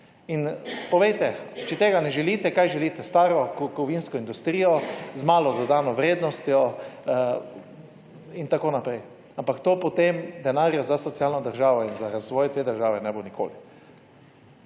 Povejte, če tega ne želite, kaj želite. Staro kovinsko industrijo z malo dodano vrednostjo in tako naprej? Ampak potem denarja za socialno državo in za razvoj te države ne bo nikoli.